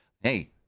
hey